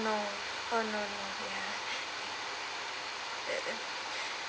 no oh no no ya